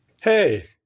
Hey